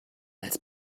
als